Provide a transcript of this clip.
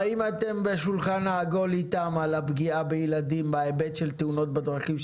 האם אתם בשולחן עגול איתם על הפגיעה בילדים בהיבט של תאונות בדרכים,